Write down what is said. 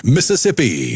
Mississippi